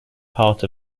part